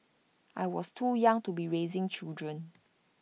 I was too young to be raising children